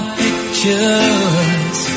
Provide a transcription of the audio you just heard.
pictures